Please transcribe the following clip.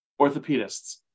Orthopedists